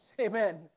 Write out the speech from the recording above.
Amen